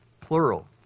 plural